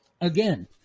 Again